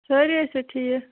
سٲری ٲسیا ٹھیٖک